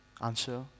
Answer